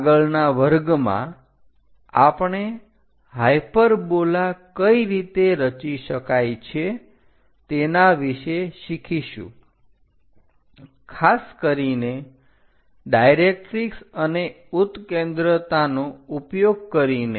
આગળના વર્ગમાં આપણે હાયપરબોલા કઈ રીતે રચી શકાય છે તેના વિશે શીખીશું ખાસ કરીને ડાયરેકરીક્ષ અને ઉત્કેન્દ્રતા નો ઉપયોગ કરીને